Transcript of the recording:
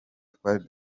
twari